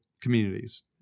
communities